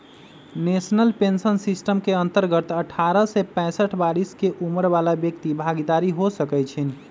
national pension system के अंतर्गत अठारह से पैंसठ बरिश के उमर बला व्यक्ति भागीदार हो सकइ छीन्ह